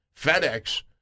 FedEx